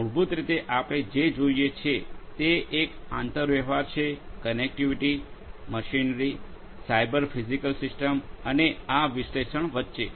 તેથી મૂળભૂત રીતે આપણે જે જોઈએ છીએ તે એક આંતરવ્યવહાર છે connectivity machinery cyber physical systems અને આ વિશ્લેષણ વચ્ચે